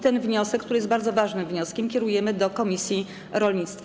Ten wniosek, który jest bardzo ważnym wnioskiem, kierujemy do komisji rolnictwa.